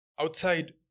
outside